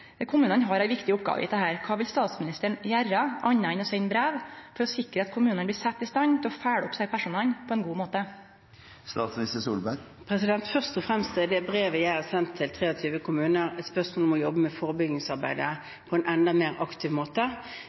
har ei viktig oppgåve i dette. Kva vil statsministeren gjere anna enn å sende brev, for å sikre at kommunane blir sette i stand til å følgje opp desse personane på ein god måte? Først og fremst handler det brevet jeg har sendt til 23 kommuner, om å jobbe med forebyggingsarbeidet på en enda mer aktiv måte,